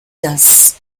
das